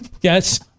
Yes